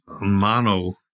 mono